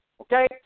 Okay